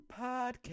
Podcast